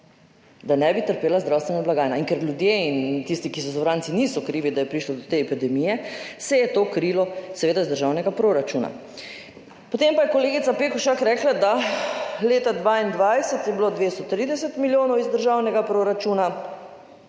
Da ne bi trpela zdravstvena blagajna. In ker ljudje in tisti, ki so zavarovanci, niso krivi, da je prišlo do te epidemije, se je to krilo seveda iz državnega proračuna. Potem pa je kolegica Pekošak rekla, da je bilo leta 2022 230 milijonov iz državnega proračuna